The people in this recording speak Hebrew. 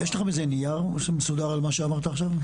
יש לך איזה נייר מסודר, על מה שאמרת עכשיו?